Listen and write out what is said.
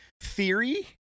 theory